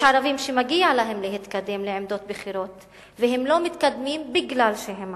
יש ערבים שמגיע להם להתקדם לעמדות בכירות והם לא מתקדמים כי הם ערבים.